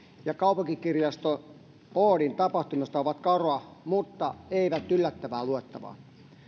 ja kaupunkikirjasto oodin tapahtumista ovat karua mutta eivät yllättävää luettavaa